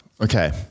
Okay